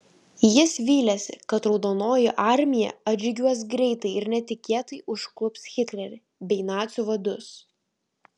jis vylėsi kad raudonoji armija atžygiuos greitai ir netikėtai užklups hitlerį bei nacių vadus